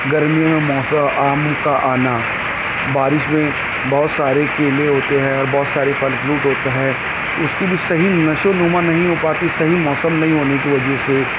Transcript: گرمیوں میں موسا آموں کا آنا بارش میں بہت سارے کیلے ہوتے ہیں اور بہت سارے پھل فروٹ ہوتے ہے اس کی بھی صحیح نشوونما نہیں ہو پاتی صحیح موسم نہیں ہونے کی وجہ سے